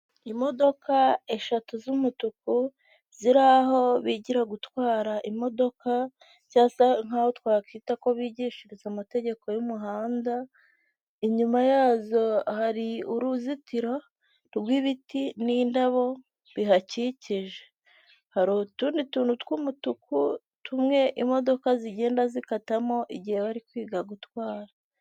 Imodoka eshatu z'umutuku ziri aho bigira gutwara imodoka, cyangwa se nkaho twakwita ko bigishiriza amategeko y'umuhanda, inyuma yazo hari uruzitiro rw'ibiti n'indabo bihakikije, hari utundi tuntu tw'umutuku, tumwe imodoka zigenda zikatamo igihe bari kwiga gutwara.